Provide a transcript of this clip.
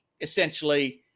essentially